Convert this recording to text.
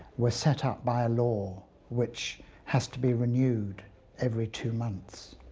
we are set up by a law, which has to be renewed every two months,